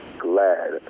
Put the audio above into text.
glad